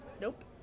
Nope